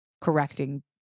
correcting